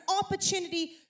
opportunity